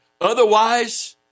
Otherwise